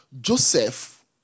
Joseph